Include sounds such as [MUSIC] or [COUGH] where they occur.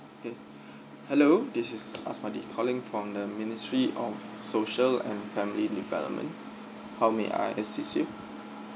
okay [BREATH] hello this is asmadi calling from the ministry of social and family development how may I assist you